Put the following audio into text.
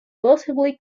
possibly